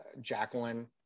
Jacqueline